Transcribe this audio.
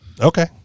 Okay